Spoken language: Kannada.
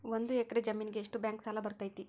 ಒಂದು ಎಕರೆ ಜಮೇನಿಗೆ ಎಷ್ಟು ಬ್ಯಾಂಕ್ ಸಾಲ ಬರ್ತೈತೆ?